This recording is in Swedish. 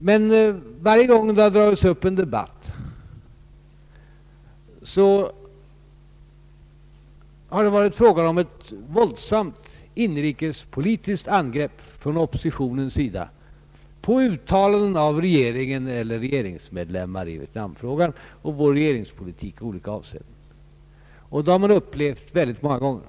Men varje gång det har dragits upp en debatt har det från oppositionens sida varit fråga om ett våldsamt inrikespolitiskt angrepp mot uttalanden av regeringen eller mot regeringsmedlemmar i Vietnamfrågan och vår regeringspolitik i olika avseenden — detta har vi upplevt många gånger.